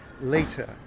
later